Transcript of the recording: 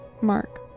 Mark